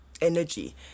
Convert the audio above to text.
energy